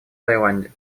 таиланде